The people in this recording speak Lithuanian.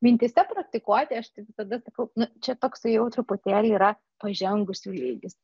mintyse praktikuoti aš tai visada sakau nu čia toksai jau truputėlį yra pažengusių lygis